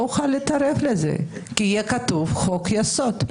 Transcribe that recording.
יוכל להתערב בזה כי יהיה כתוב חוק יסוד.